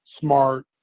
smart